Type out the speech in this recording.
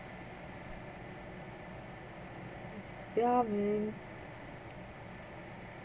ya man